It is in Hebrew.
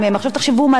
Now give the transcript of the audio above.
ואם אנחנו חושבים,